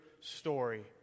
story